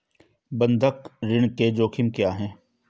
बंधक ऋण के जोखिम क्या हैं?